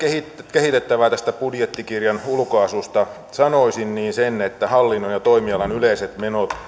kehitettävää tästä budjettikirjan ulkoasusta sanoisin niin sen että hallinnon ja toimialan yleiset menot